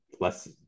less